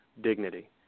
dignity